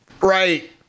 Right